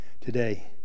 today